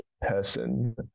person